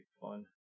fun